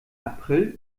april